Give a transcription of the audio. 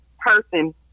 person